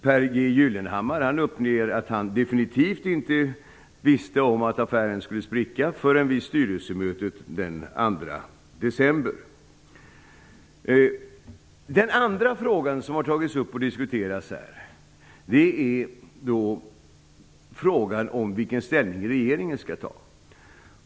Pehr G Gyllenhammar uppger att han definitivt inte visste om att affären skulle spricka förrän vid styrelsemötet den 2 Den andra frågan som har tagits upp och diskuterats gäller vilken ställning regeringen skall ta.